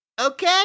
Okay